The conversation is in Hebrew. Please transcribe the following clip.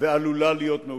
ועלולה להיות מאושרת.